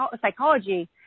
psychology